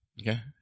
Okay